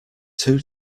two